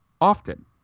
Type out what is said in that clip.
often